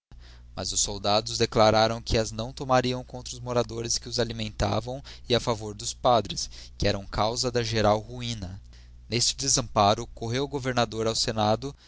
mas os soldados declararam que as não tomariam contra os moradores que os alimentavam e a favor dos padres que eram a causa da geral ruina neste desamparo correu o governador ao senado